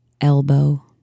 elbow